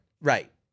Right